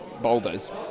boulders